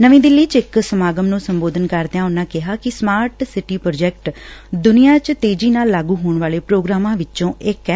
ਨਵੀਂ ਦਿੱਲੀ ਚ ਇਕ ਸਮਾਗਮ ਨੂੰ ਸੰਬੋਧਨ ਕਰਦਿਆਂ ਉਨਾਂ ਕਿਹਾ ਕਿ ਸਮਾਰਟ ਸਿਟੀ ਪ੍ਰੋਜੈਕਟ ਦੁਨੀਆਂ ਚ ਤੇਜ਼ੀ ਨਾਲ ਲਾਗੁ ਹੋਣ ਵਾਲੇ ਪ੍ਰੋਗਰਾਮਾਂ ਚੋਂ ਇਕ ਐ